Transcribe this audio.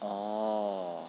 oh